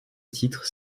titre